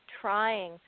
trying